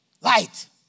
Light